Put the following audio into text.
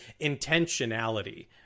intentionality